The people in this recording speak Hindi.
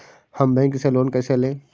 हम बैंक से लोन कैसे लें?